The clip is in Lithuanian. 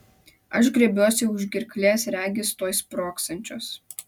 aš griebiuosi už gerklės regis tuoj sprogsiančios